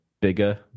bigger